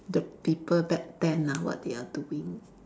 the people back then ah what they are doing